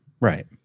right